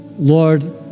Lord